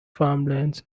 farmland